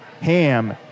Ham